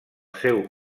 seu